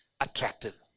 attractive